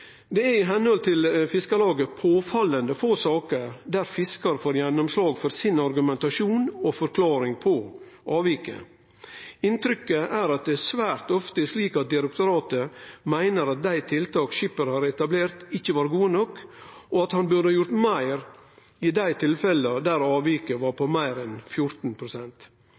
Fiskarlaget påfallande få saker der fiskaren får gjennomslag for sin argumentasjon for og forklaring av avviket. Inntrykket er at det svært ofte er slik at direktoratet meiner at dei tiltaka skipperen har etablert, ikkje var gode nok, og at han burde gjort meir i dei tilfella der avviket var på meir enn